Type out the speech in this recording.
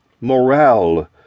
Morale